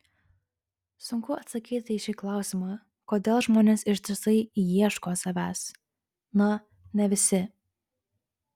sunku atsakyti į šį klausimą kodėl žmonės ištisai ieško savęs na ne visi